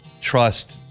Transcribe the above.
trust